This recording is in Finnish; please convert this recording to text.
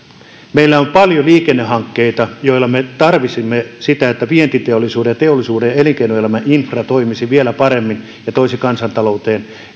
meillä on paljon liikennehankkeita joita me tarvitsisimme sitä varten että vientiteollisuuden ja teollisuuden elinkeinoelämän infra toimisi vielä paremmin ja toisi kansantalouteen